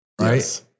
Right